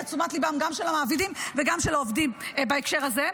את תשומת ליבם של המעבידים וגם של העובדים בהקשר הזה.